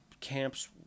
camps